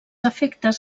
efectes